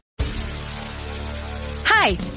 hi